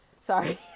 sorry